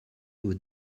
aux